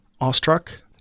awestruck